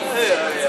בעבר.